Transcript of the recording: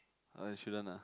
I shouldn't ah